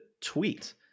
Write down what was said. tweet